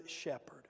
shepherd